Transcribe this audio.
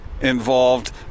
involved